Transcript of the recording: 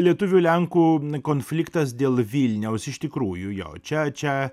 lietuvių lenkų konfliktas dėl vilniaus iš tikrųjų jau čia čia